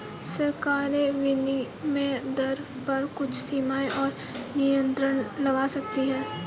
सरकारें विनिमय दर पर कुछ सीमाएँ और नियंत्रण लगा सकती हैं